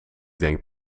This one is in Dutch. denk